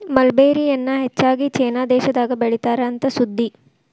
mulberry ಎನ್ನಾ ಹೆಚ್ಚಾಗಿ China ದೇಶದಾಗ ಬೇಳಿತಾರ ಅಂತ ಸುದ್ದಿ